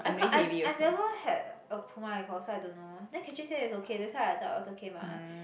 I cau~ I I never had a Puma before so I don't know then Catherine say it's okay that's why I thought it was okay mah